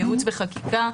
ייעוץ וחקיקה.